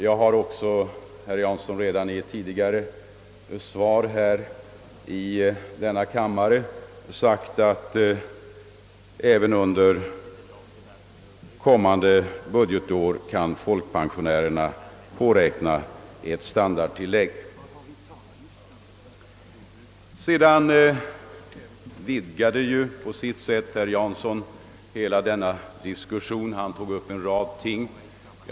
Jag har också, herr Jansson, redan i ett tidigare svar i denna kammare sagt att folkpensionärerna även under kommande budgetår kan påräkna ett standardtillägg. Herr Jansson utvidgade på sitt sätt hela denna diskussion. Han berörde en rad ting, t.ex. konsumentprisindex.